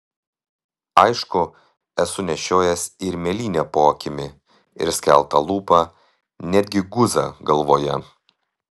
aišku esu nešiojęs ir mėlynę po akimi ir skeltą lūpą net gi guzą galvoje